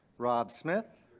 rob smith.